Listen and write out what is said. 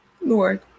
Lord